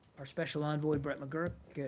our special envoy, brett mcgurk,